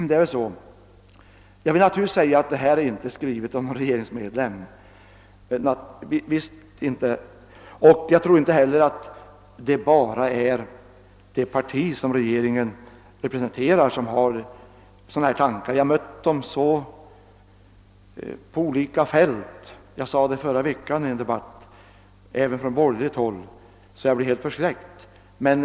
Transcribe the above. Detta är naturligtvis inte skrivet av någon regeringsmedlem, och jag tror inte heller att det bara är inom det parti som regeringen representerar som sådana tankar förekommer — jag har mött dem på olika håll. Jag sade i förra veckan i en debatt, att jag har mött sådana tankar även på borgerligt håll, så att jag blivit helt förskräckt.